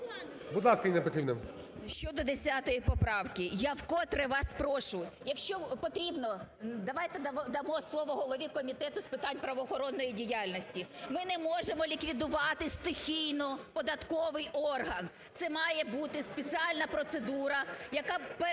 Щодо 10 поправці, я вкотре вас прошу, якщо потрібно – давайте дамо слово голові Комітету з питань правоохоронної діяльності. Ми не можемо ліквідувати стихійно податковий орган. Це має бути спеціальна процедура, яка передбачає